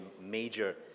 major